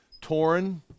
torn